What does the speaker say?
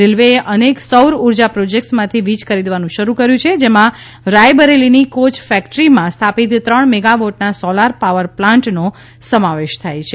રેલવેએ અનેક સૌર ઊર્જા પ્રોજેક્ટ્સમાંથી વીજ ખરીદવાનું શરૂ કર્યું છે જેમાં રાયબરેલીની કોય ફેક્ટરીમાં સ્થાપિત ત્રણ મેગાવોટના સોલર પાવર પ્લાન્ટનો સમાવેશ છે